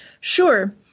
Sure